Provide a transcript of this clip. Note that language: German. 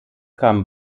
kam